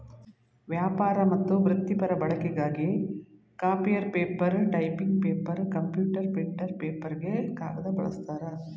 ವ್ಯಾಪಾರ ಮತ್ತು ವೃತ್ತಿಪರ ಬಳಕೆಗಾಗಿ copier paper typing paper computer printer ಪೇಪರ್ಗೆ ಕಾಗದ ಬಳಸ್ತಾರೆ